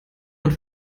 und